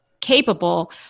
capable